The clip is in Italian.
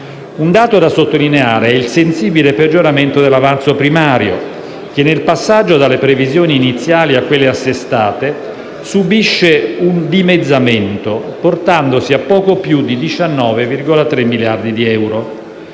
Un dato da sottolineare è il sensibile peggioramento dell'avanzo primario che, nel passaggio dalle previsioni iniziali a quelle assestate, subisce un dimezzamento, portandosi a poco più di 19,3 miliardi di euro.